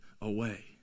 away